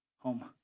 home